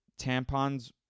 tampons